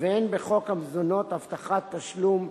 והן בחוק מזונות (הבטחת תשלום),